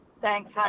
Thanks